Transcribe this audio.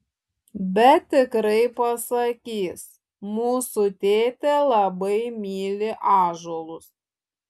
bet tikrai pasakys mūsų tėtė labai myli ąžuolus